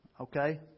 Okay